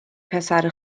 پسر